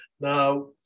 Now